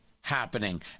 happening